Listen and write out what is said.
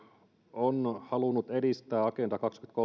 on halunnut edistää agenda kaksituhattakolmekymmentä